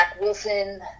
Wilson